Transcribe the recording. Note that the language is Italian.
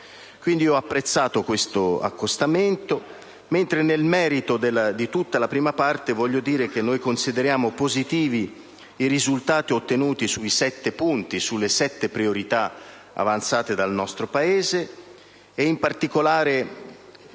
Quindi, ho apprezzato questo accostamento. Nel merito della prima parte del suo intervento voglio dire che noi consideriamo positivi i risultati ottenuti sui sette punti e sulle sette priorità avanzate dal nostro Paese, in particolare